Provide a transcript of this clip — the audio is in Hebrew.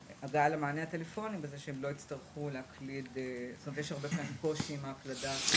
למענה הטלפוני בכך שלא יצטרכו להקליד כי הרבה מאוד יש להם בעיה בהקלדה.